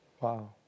Wow